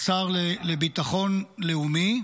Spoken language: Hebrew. השר לביטחון לאומי.